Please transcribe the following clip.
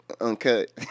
uncut